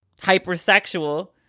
hypersexual